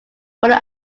modern